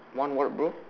one what bro